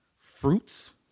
fruits